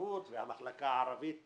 בהסתדרות שבוטלה מזמן